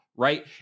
Right